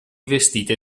vestite